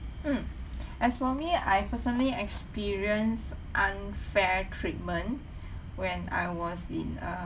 mm as for me I personally experience unfair treatment when I was in uh